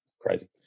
crazy